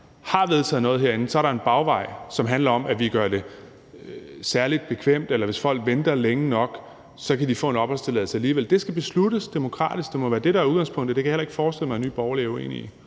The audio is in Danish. har vedtaget noget herinde, er der en bagvej, som handler om, at vi gør det særlig bekvemt, eller at hvis folk venter længe nok, kan de få en opholdstilladelse alligevel. Det skal besluttes demokratisk. Det må være det, der er udgangspunktet, og det kan jeg heller ikke forestille mig Nye Borgerlige er uenige